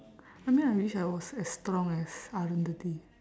I mean I wish I was as strong as arundhati